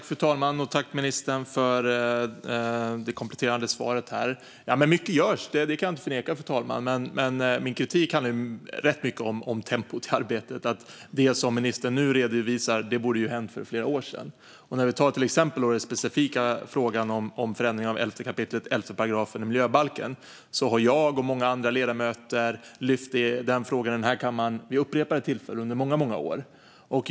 Fru talman! Tack, ministern, för det kompletterande svaret! Att mycket görs kan jag inte förneka, fru talman, men min kritik handlar mycket om tempot i arbetet. Det som ministern nu redovisar borde ha hänt för flera år sedan. Vad gäller den specifika frågan om förändringar i 11 kap. 11 § miljöbalken har jag och många andra ledamöter lyft upp den vid upprepade tillfällen här i kammaren under många år.